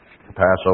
Passover